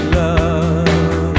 love